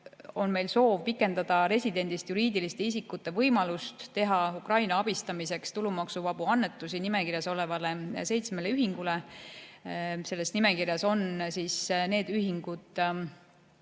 on meil soov pikendada residendist juriidiliste isikute võimalust teha Ukraina abistamiseks tulumaksuvabu annetusi nimekirjas olevale seitsmele ühingule. Selles nimekirjas on need ühingud,